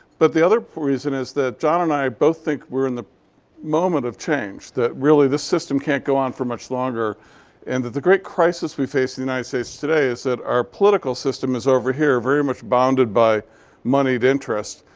but the other reason is that john and i both think we're in the moment of change. that really this system can't go on for much longer and that the great crisis we face in the united states today is that our political system is over here, very much bounded by moneyed interests.